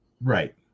Right